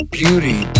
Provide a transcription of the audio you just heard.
beauty